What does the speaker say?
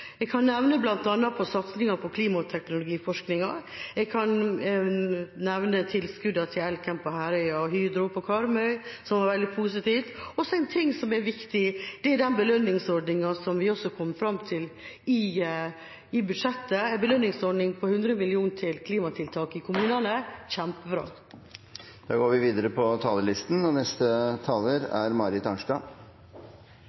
Jeg kan bl.a. nevne satsninger på klimateknologiforskninga. Jeg kan nevne tilskuddene til Elkem på Herøya og Hydro på Karmøy, noe som var veldig positivt. En ting som også er viktig, er den belønningsordninga som vi kom fram til i budsjettet, en belønningsordning på 100 mill. kr til klimatiltak i kommunene